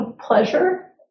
pleasure